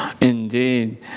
Indeed